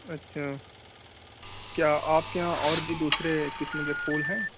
اچھا کیا آپ کے یہاں اور بھی دوسرے قسم کے پھول ہیں